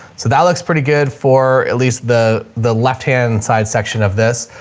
so that looks pretty good for at least the the left hand side section of this.